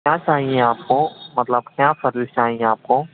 کیا چاہیے آپ کو مطلب کیا سروس چاہیے آپ کو